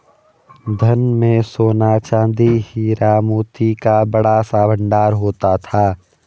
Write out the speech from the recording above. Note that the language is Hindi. धन में सोना, चांदी, हीरा, मोती का बड़ा सा भंडार होता था